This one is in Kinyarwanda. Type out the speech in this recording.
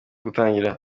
gutangira